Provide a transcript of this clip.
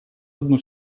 одну